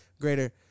greater